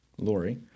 Lori